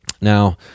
Now